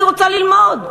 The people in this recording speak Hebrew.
אני רוצה ללמוד,